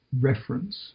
reference